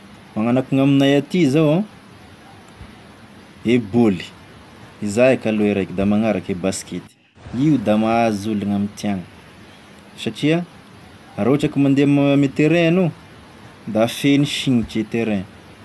Magnano akoa gn'aminay aty zao e bôly, iza eky aloha e raiky da magnaraky e baskety, io da mahazo olo gn'amitiagny, satria raha ohatra ka mande moa- ame terrain enao, da feno signitry e terrain.